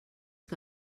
que